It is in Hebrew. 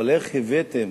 אבל איך הבאתם